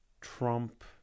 Trump